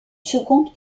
seconde